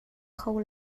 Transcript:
kho